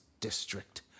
district